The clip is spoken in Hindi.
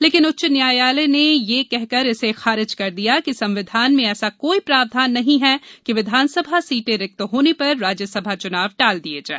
लेकिन उच्च न्यायालय ने यह कहकर खारिज कर दिया कि संविधान में ऐसा कोई प्रावधान नहीं है कि विधानसभा सीटें रिक्त होने पर राज्यसभा चुनाव टाल दिये जाए